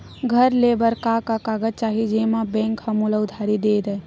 घर ले बर का का कागज चाही जेम मा बैंक हा मोला उधारी दे दय?